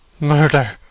Murder